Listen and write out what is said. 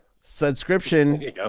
subscription